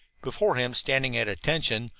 before him, standing at attention,